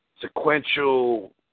sequential